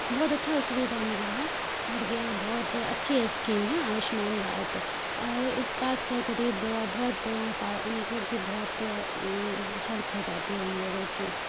بہت اچھا سویدھا ملا ہے اور یہ بہت اچھی اسکیم ہے آیوشمان بھارت اور اس کارڈ سے غریب بہت مطلب کہ بہت ہیلپ ہو جاتی ہے ان لوگوں کی